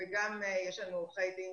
וגם יש לנו עורכי דין